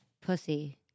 Pussy